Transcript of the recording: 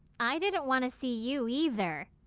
i didn't wanna see you either.